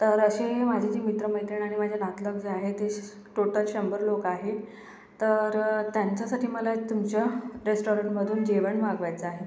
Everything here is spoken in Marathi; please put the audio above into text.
तर असे माझे जे मित्र मैत्रीण आणि माझे नातलग जे आहे ते टोटल शंभर लोकं आहेत तर त्यांच्यासाठी मला तुमच्या रेस्टॉरंटमधून जेवण मागवायचं आहे